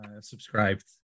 subscribed